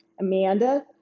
Amanda